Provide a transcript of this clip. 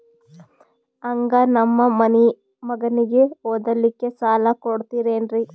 ಹಂಗ ನಮ್ಮ ಮಗನಿಗೆ ಓದಲಿಕ್ಕೆ ಸಾಲ ಕೊಡ್ತಿರೇನ್ರಿ?